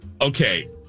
Okay